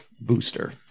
Booster